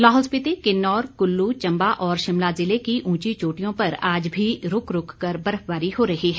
लाहौल स्पीति किन्नौर कुल्लू चंबा और शिमला जिले की ऊंची चोटियों पर आज भी रुक रुक कर बर्फबारी हो रही है